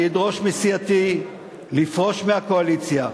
אני אדרוש מסיעתי לפרוש מהקואליציה,